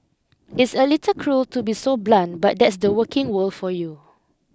it's a little cruel to be so blunt but that's the working world for you